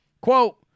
Quote